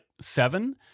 seven